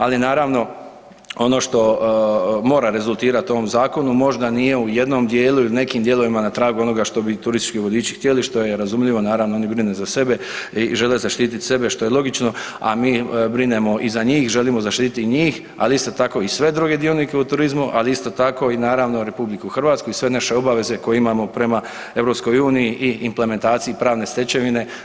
Ali naravno ono što moram rezultirati ovom zakonu možda nije u jednom dijelu ili nekim dijelovima na tragu onoga što bi turistički vodiči htjeli, što je razumljivo naravno, oni brinu za sebe i žele zaštiti sebe, a mi brinemo i za njih, želimo zaštiti i njih, ali isto tako i sve druge dionike u turizmu, ali isto tako i naravno i RH i sve naše obaveze koje imamo prema EU i implementaciji pravne stečevine.